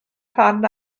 rhan